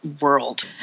world